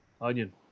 onion